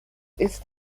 ist